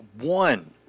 one